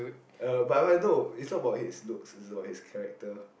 uh but what I know it's not about his looks it's about his character